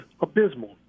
abysmal